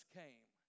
came